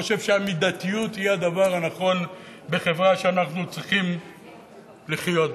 חושב שהמידתיות היא הדבר הנכון בחברה שאנחנו צריכים לחיות בה.